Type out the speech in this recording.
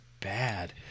bad